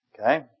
Okay